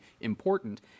important